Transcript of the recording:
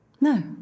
No